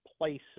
places